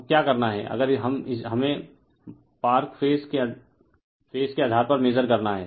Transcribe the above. तो क्या करना है अगर हमें पार्क फेज के आधार पर मेजर करना है